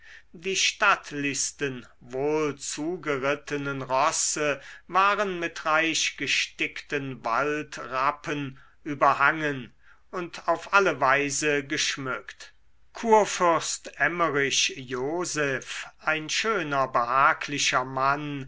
die stattlichsten wohlzugerittenen rosse waren mit reich gestickten waldrappen überhangen und auf alle weise geschmückt kurfürst emmerich joseph ein schöner behaglicher mann